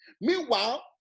Meanwhile